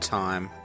time